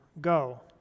Go